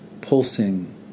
pulsing